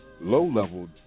low-level